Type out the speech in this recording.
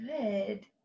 Good